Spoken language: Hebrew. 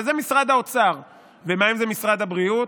אבל זה משרד האוצר, ומה אם זה משרד הבריאות?